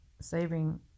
saving